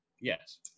Yes